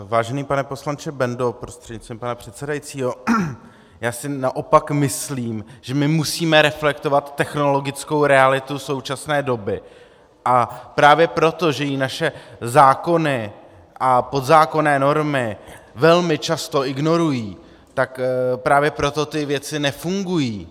Vážený pane poslanče Bendo prostřednictvím pana předsedajícího, já si naopak myslím, že my musíme reflektovat technologickou realitu současné doby, a právě proto, že ji naše zákony a podzákonné normy velmi často ignorují, tak právě proto ty věci nefungují.